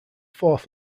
fourth